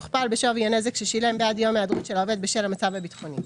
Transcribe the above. מוכפל בשווי הנזק ששילם בעד יום היעדרות של העובד בשל המצב הביטחוני,